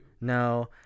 No